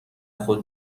خود